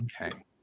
Okay